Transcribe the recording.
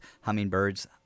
hummingbirds